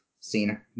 seen